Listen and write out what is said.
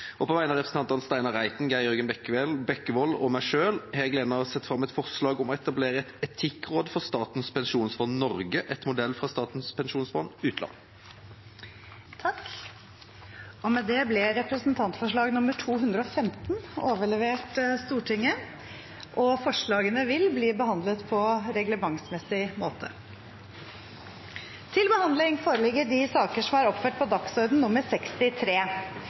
uføre. På vegne av stortingsrepresentantene Steinar Reiten, Geir Jørgen Bekkevold og meg selv har jeg gleden av å sette fram et forslag om å etablere et etikkråd for Statens pensjonsfond Norge, etter modell fra Statens pensjonsfond utland. Takk – og med det er representantforslag 215 overlevert Stortinget. Forslagene vil bli behandlet på reglementsmessig måte. Før sakene på dagens kart tas opp til behandling, vil presidenten opplyse om at møtet fortsetter utover kl. 16, til dagens kart er